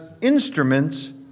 instruments